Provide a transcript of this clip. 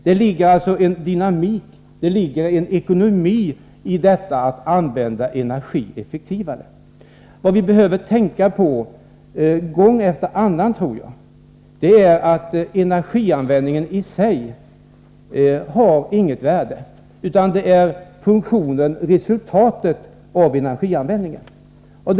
Det ligger alltså en dynamik, en ekonomi i att använda energi effektivare. Vad vi behöver tänka på gång efter annan är att energianvändningen i sig inte har något värde, utan det är resultatet av energianvändningen som är viktigt.